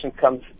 comes